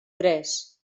tres